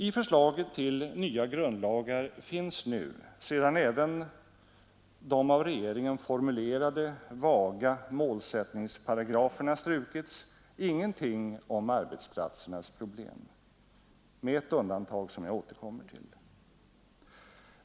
I förslaget till nya grundlagar finns nu — sedan även de av regeringen formulerade, vaga målsättningsparagraferna strukits — ingenting om arbetsplatsernas problem, med ett undantag som jag återkommer till.